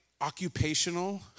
occupational